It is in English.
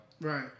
Right